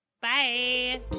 Bye